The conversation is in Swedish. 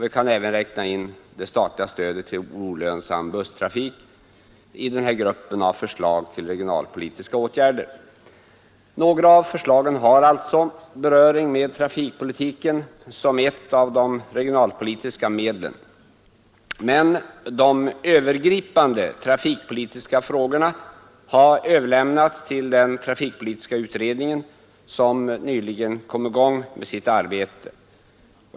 Vi kan även räkna in det statliga stödet till olönsam busstrafik i denna grupp av förslag till regionalpolitiska åtgärder. Några av förslagen har alltså beröring med trafikpolitiken som ett av de regionalpolitiska medlen. Men de övergripande trafikpolitiska frågorna har överlämnats till den trafikpolitiska utredningen som nyligen kommit i gång med sitt arbete.